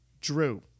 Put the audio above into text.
Drew